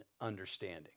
understanding